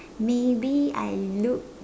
maybe I look